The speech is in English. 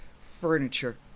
furniture